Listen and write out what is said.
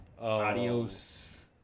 Adios